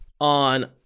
on